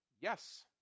Yes